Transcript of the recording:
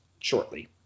shortly